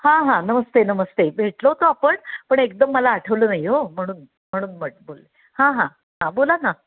हां हां नमस्ते नमस्ते भेटलो होतो आपण पण एकदम मला आठवलं नाही हो म्हणून म्हणून म्हट बोलले हां हां हां बोला ना